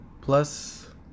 Plus